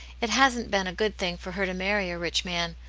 it hasn't been a good thing for her to marry a rich man.